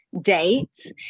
dates